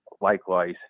likewise